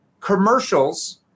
Commercials